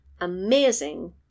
amazing